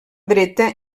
dreta